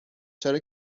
چرا